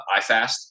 IFAST